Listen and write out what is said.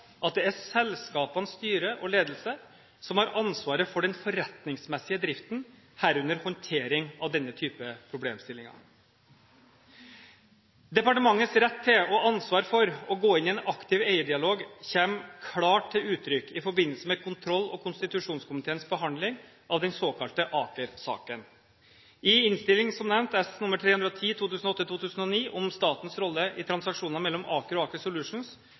at det er selskapenes styre og ledelse som har ansvaret for den forretningsmessige driften, herunder håndtering av denne typen problemstillinger. Departementets rett til og ansvar for å gå inn i en aktiv eierdialog kommer klart til uttrykk i forbindelse med kontroll- og konstitusjonskomiteens behandling av den såkalte Aker-saken. I Innst. S. nr. 310 for 2008–2009, som nevnt, om statens rolle i transaksjoner mellom Aker og Aker